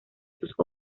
sus